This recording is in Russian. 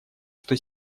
что